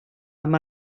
amb